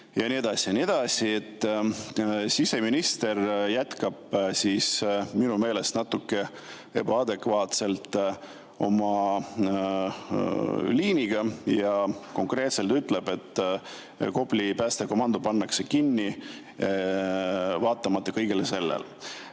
ja nii edasi –, siseminister jätkab minu meelest natuke ebaadekvaatselt oma liiniga ja konkreetselt ütleb, et Kopli päästekomando pannakse kinni kõigest